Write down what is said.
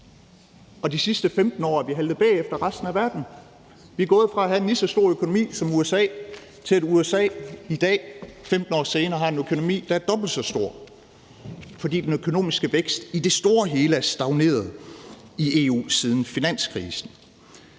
og de sidste 15 år er vi haltet bagefter resten af verden. Vi er gået fra at have en lige så stor økonomi som USA, til at USA i dag, 15 år senere, har en økonomi, der er dobbelt så stor, fordi den økonomiske vækst i EU i det store og hele er stagneret siden finanskrisen.